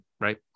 right